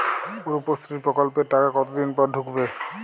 রুপশ্রী প্রকল্পের টাকা কতদিন পর ঢুকবে?